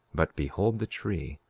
but, behold the tree.